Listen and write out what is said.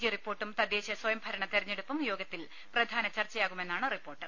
G റിപ്പോർട്ടും തദ്ദേശ സ്ഥയംഭരണ തെരഞ്ഞെടുപ്പും യോഗത്തിൽ പ്രധാന ചർച്ചയാകുമെന്നാണ് റിപ്പോർട്ട്